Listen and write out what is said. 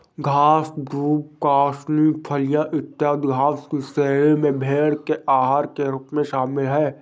घास, दूब, कासनी, फलियाँ, इत्यादि घास की श्रेणी में भेंड़ के आहार के रूप में शामिल है